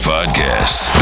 Podcast